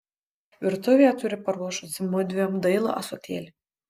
virtuvėje turiu paruošusi mudviem dailų ąsotėlį